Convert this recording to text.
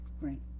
Right